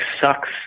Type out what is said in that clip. sucks